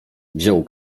wziął